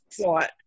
thought